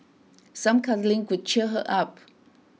some cuddling could cheer her up